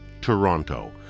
Toronto